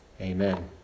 Amen